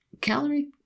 calorie